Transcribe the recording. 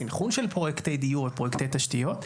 הסנכרון של פרויקטי דיור ופרויקטי תשתיות,